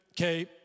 okay